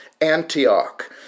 Antioch